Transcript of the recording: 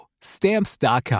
Stamps.com